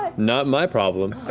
but not my problem.